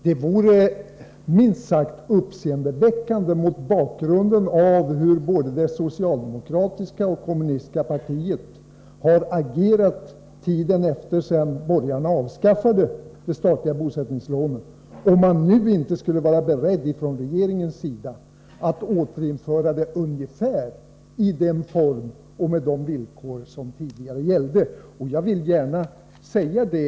Det vore minst sagt uppseendeväckande, mot bakgrunden av hur både det socialdemokratiska partiet och det kommunistiska partiet har agerat under tiden efter det att borgarna avskaffade det statliga bosättningslånet, om man nu inte skulle vara beredd från regeringens sida att återinföra det i den form och med de villkor som tidigare gällde.